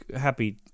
happy